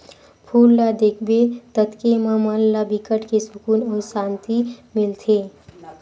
फूल ल देखबे ततके म मन ला बिकट के सुकुन अउ सांति मिलथे